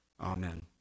Amen